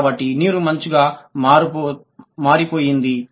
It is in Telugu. కాబట్టి నీరు మంచుగా మారిపోయింది